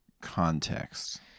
context